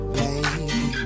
baby